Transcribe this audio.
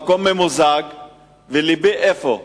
ולבי איפה?